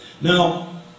Now